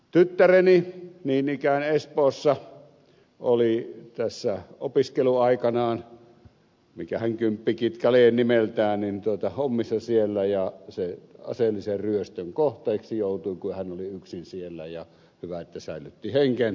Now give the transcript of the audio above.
tyttäreni niin ikään espoossa oli tässä opiskeluaikanaan mikähän kymppikitka lie nimeltään hommissa siellä ja aseellisen ryöstön kohteeksi joutui kun hän oli yksin siellä ja hyvä että säilytti henkensä